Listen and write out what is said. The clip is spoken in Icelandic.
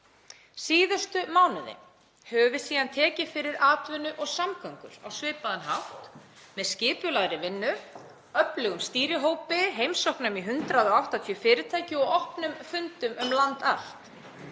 Síðustu mánuði höfum við síðan tekið fyrir atvinnu og samgöngur á svipaðan hátt, með skipulagðri vinnu, öflugum stýrihópi, heimsóknum í 180 fyrirtæki og opnum fundum um land allt.